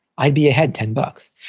i'd be ahead ten bucks.